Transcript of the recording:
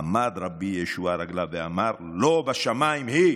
עמד רבי יהושע על רגליו ואמר: לא בשמיים היא".